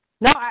No